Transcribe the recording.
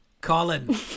Colin